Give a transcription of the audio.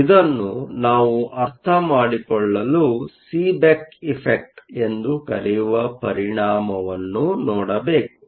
ಇದನ್ನು ನಾವು ಅರ್ಥ ಮಾಡಿಕೊಳ್ಳಲು ಸೀಬೆಕ್ ಎಫೆಕ್ಟ್ ಎಂದು ಕರೆಯುವ ಪರಿಣಾಮವನ್ನು ನೋಡಬೇಕು